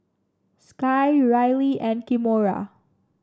Sky Rylie and Kimora